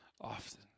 often